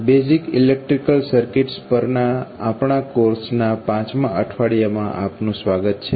basic electrical circuits પરના આપણા course ના પાંચમા અઠવાડિયામાં આપનું સ્વાગત છે